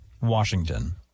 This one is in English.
Washington